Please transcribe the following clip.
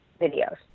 videos